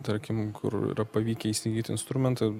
tarkim kur yra pavykę įsigyt instrumentą